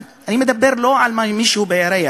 אני מדבר לא על מישהו בירח,